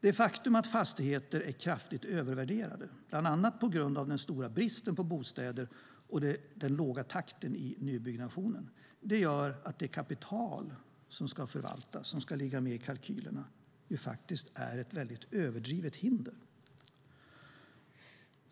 Det faktum att fastigheter är kraftigt övervärderade, bland annat på grund av den stora bristen på bostäder och den låga takten i nybyggnationen, gör att det kapital som ska förvaltas och som ska ligga med i kalkylerna faktiskt är ett överdrivet hinder.